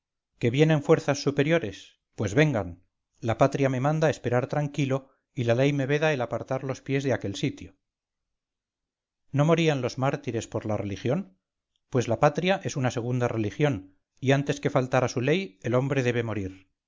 que vienen fuerzas superiores pues vengan la patria me manda esperar tranquilo y la ley me veda el apartar los pies de aquel sitio no morían los mártires por la religión pues la patria es una segunda religión y antes que faltar a su ley el hombre debe morir